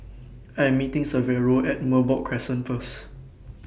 I Am meeting Severo At Merbok Crescent First